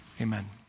Amen